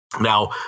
Now